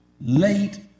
late